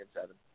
seven